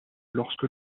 lorsque